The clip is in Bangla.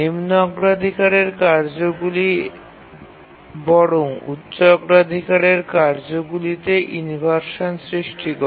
নিম্ন অগ্রাধিকারের কার্যগুলি বরং উচ্চ অগ্রাধিকারের কার্যগুলিতে ইনভারশান সৃষ্টি করে